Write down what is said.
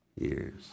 years